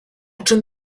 czym